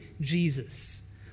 Jesus